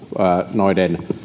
noiden